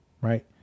Right